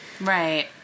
Right